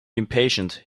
impatient